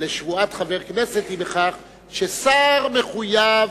לשבועת חבר הכנסת היא בכך ששר מחויב,